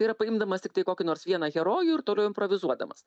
tai yra paimdamas tiktai kokį nors vieną herojų ir toliau improvizuodamas